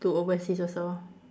to overseas also